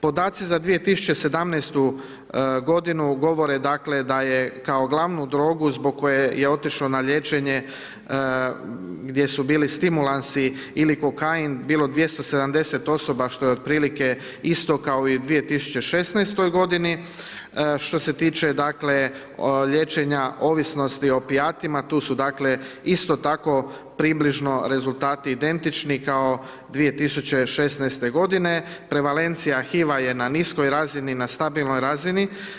Podaci za 2017.g. govore dakle, da je kao glavnu drogu zbog koje je otišao na liječenje gdje su bili stimulansi ili kokain, bilo 270 osoba, što je otprilike isto kao i u 2016. g. Što se tiče dakle, liječenja ovisnosti o opijatima, tu su dakle, isto tako približno rezultati identični kao 2016. g. prevalencija HIV-a je na niskoj razini, na stabilnoj razini.